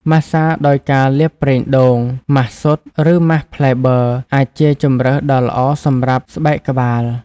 ម៉ាស្សាដោយការលាបប្រេងដូង ម៉ាសស៊ុត ឬម៉ាសផ្លែបឺរ អាចជាជម្រើសដ៏ល្អសម្រប់ស្បែកក្បាល ។